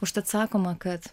užtat sakoma kad